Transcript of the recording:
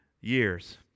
years